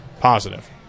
positive